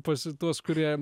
pasi tuos kurie